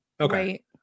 Okay